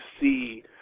see